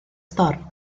storm